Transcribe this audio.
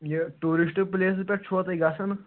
یہِ tourist places پٮ۪ٹھ چھُوا تُہۍ گژھان